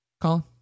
Colin